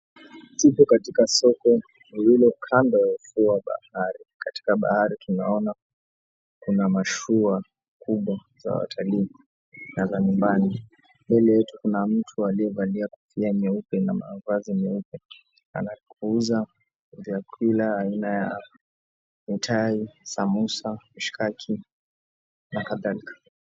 Tupo katika soko lililo kando katika ufuo wa bahari, katika bahari tunaona kuna mashua kubwa za Watalii na wa nyumbani mbele yetu kuna mtu aliyevalia kofia nyeupe na mavazi meupe anapouza vyakula vya aina ya mtai, samosa, mishikaki na kadhalika.